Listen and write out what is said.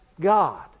God